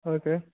okay